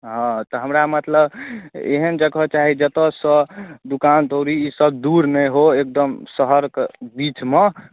हँ तऽ हमरा मतलब एहन जगह चाही जतयसँ दोकान दौड़ी ईसभ दूर नहि हो एकदम शहरके बीचमे